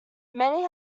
many